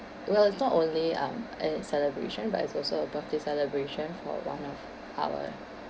well it's not only um a celebration but it's also a birthday celebration for one of our